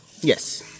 yes